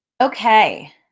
Okay